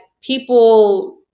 people